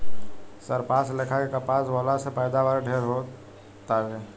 सरपास लेखा के कपास बोअला से पैदावार ढेरे हो तावे